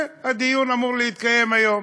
והדיון אמור להתקיים היום.